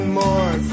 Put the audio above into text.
more